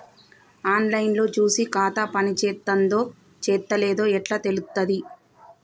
On line లో చూసి ఖాతా పనిచేత్తందో చేత్తలేదో ఎట్లా తెలుత్తది?